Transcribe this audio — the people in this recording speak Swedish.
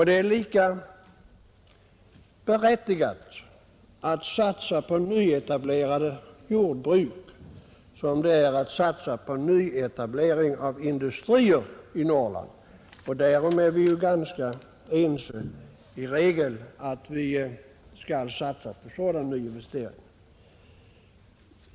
Det är lika angeläget att i Norrland satsa på nyetablering inom jordbruket som att satsa på nyetablering av industrier. Vi är i regel ganska ense om att vi skall satsa på sådan nyinvestering.